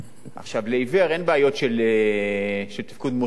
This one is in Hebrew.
לעיוור אין בעיות של תפקוד מוטורי,